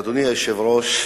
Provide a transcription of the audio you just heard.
אדוני היושב-ראש,